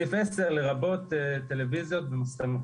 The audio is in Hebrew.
סעיף 10 לרבות טלוויזיות ומסכי מחשב.